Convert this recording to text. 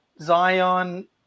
Zion